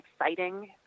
exciting